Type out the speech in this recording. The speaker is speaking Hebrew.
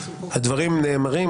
הדברים נאמרים,